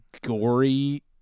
gory